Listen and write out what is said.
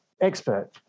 expert